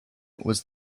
was